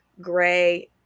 gray